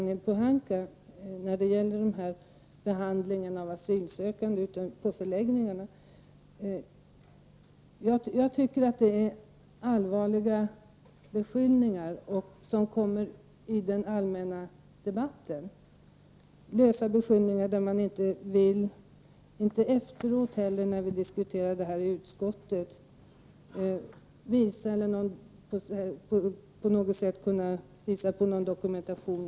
Herr talman! Ragnhild Pohanka talade om behandlingen av de asylsökande ute på förläggningarna. Jag tycker att det är allvarliga och lösa beskyllningar som framförs i den allmänna debatten. Och när vi efteråt diskuterar detta i utskottet finns det inte heller någon dokumentation.